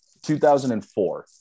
2004